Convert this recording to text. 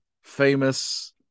famous